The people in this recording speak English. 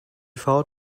filed